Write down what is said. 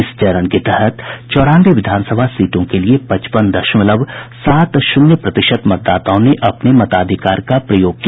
इस चरण के तहत चौरानवे विधानसभा सीटों के लिए पचपन दशमलव सात शून्य प्रतिशत मतदाताओं ने अपने मताधिकार का प्रयोग किया